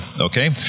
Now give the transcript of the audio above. Okay